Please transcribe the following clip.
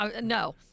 no